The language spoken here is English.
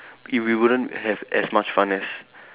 it we wouldn't have as much fun as